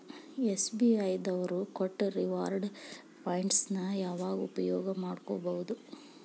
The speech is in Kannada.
ಎಸ್.ಬಿ.ಐ ದವ್ರು ಕೊಟ್ಟ ರಿವಾರ್ಡ್ ಪಾಯಿಂಟ್ಸ್ ನ ಯಾವಾಗ ಉಪಯೋಗ ಮಾಡ್ಕೋಬಹುದು?